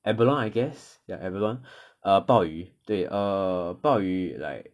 abalone I guess ya abalone err 鲍鱼对 err 鲍鱼 like